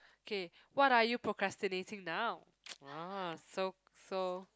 K what are you procrastinating now ah so so